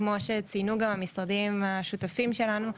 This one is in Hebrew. כמו שציינו גם המשרדים השותפים שלנו,